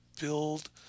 build